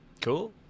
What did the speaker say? Cool